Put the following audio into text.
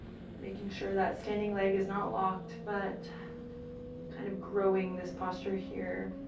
making sure that standing leg is not locked, but kind of growing this posture here.